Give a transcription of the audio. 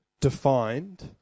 defined